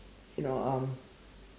you know um